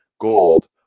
gold